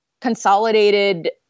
consolidated